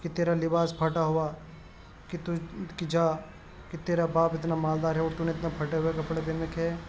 کہ تیرا لباس پھٹا ہوا کہ تجھ کہ جا کہ تیرا باپ اتنا مالدار ہے اور تونے اتنے پھٹے ہوئے کپڑے پہن رکھے ہیں